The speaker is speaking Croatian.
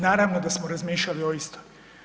Naravno da smo razmišljali o istoj.